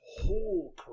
whole